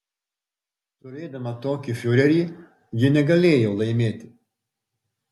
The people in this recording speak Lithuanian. turėdama tokį fiurerį ji negalėjo laimėti